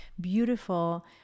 beautiful